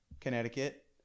Connecticut